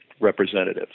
representative